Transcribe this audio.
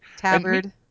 tabard